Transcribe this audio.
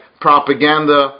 propaganda